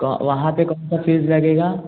तो वहाँ पर कौन सा फ्यूज़ लगेगा